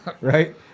right